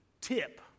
tip